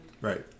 Right